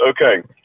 Okay